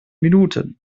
minuten